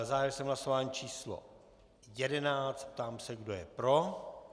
Zahájil jsem hlasování číslo 11 a ptám se, kdo je pro.